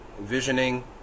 Visioning